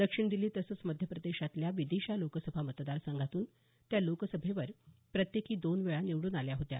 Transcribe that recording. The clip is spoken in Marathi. दक्षिण दिल्ली तसंच मध्यप्रदेशातल्या विदीशा लोकसभा मतदार संघातून त्या लोकसभेवर प्रत्येकी दोन वेळा निवडून आल्या होत्या